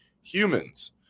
humans